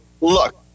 look